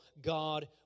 God